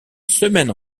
semaines